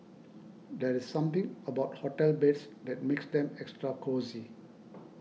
there's something about hotel beds that makes them extra cosy